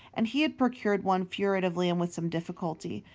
and he had procured one, furtively and with some difficulty,